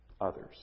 Others